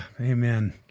Amen